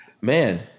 man